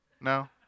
No